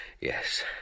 Yes